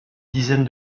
dizaine